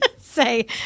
say